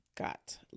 Got